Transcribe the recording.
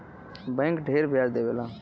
bank ढेर ब्याज देवला